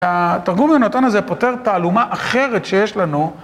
התרגום הנתון הזה פותר תעלומה אחרת שיש לנו.